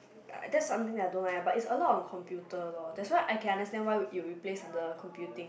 that something that I don't like ah but is a lot computer loh that why I can understand why it would be placed under computing